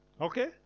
Okay